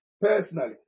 personally